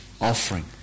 offering